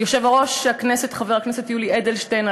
ליושב-ראש הכנסת חבר הכנסת יולי אדלשטיין,